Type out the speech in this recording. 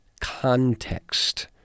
context